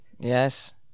yes